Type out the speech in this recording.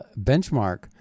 benchmark